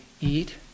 eat